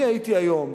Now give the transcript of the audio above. אני הייתי היום,